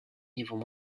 niveau